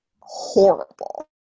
horrible